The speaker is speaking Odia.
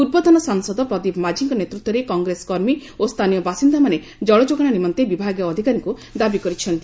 ପୂର୍ବତନ ସାଂସଦ ପ୍ରଦୀପ ମାଝୀଙ୍କ ନେତୃତ୍ୱରେ କଂଗ୍ରେସ କର୍ମୀ ଓ ସ୍ରାନୀୟ ବାସିନ୍ଦାମାନେ ଜଳଯୋଗାଶ ନିମନ୍ତେ ବିଭାଗୀୟ ଅଧିକାରୀଙ୍କୁ ଦାବୀ କରିଛନ୍ତି